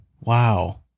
wow